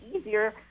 easier